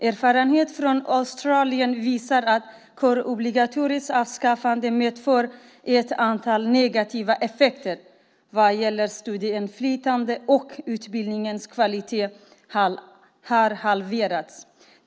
Erfarenheter från Australien visar att kårobligatoriets avskaffande medfört ett antal negativa effekter vad gäller studentinflytandet och att utbildningens kvalitet har halverats.